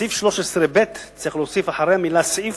בסעיף 13(ב), צריך להוסיף אחרי המלה "סעיף"